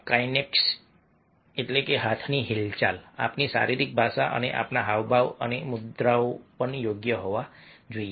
kinesics એટલે હાથની હિલચાલ આપણી શારીરિક ભાષા અને આપણા હાવભાવ અને મુદ્રાઓ પણ યોગ્ય હોવા જોઈએ